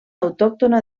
autòctona